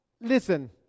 Listen